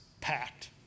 packed